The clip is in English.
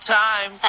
time